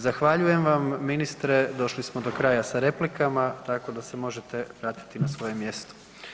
Zahvaljujem vam ministre, došli smo do kraja sa replikama tako da se možete vratiti na svoje mjesto.